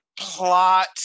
plot